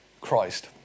Christ